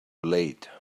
late